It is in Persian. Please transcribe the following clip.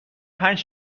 پنج